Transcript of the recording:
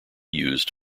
used